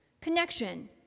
Connection